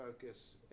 focus